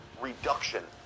reduction